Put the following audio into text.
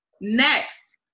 Next